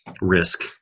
risk